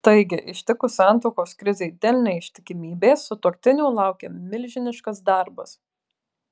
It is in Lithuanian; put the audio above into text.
taigi ištikus santuokos krizei dėl neištikimybės sutuoktinių laukia milžiniškas darbas